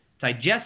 digest